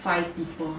five people